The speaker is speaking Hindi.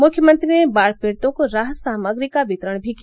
मृख्यमंत्री ने बाढ़ पीड़ितों को राहत सामग्री का वितरण भी किया